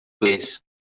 please